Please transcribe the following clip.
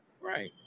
right